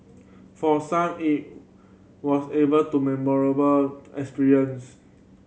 for some it was able to memorable experience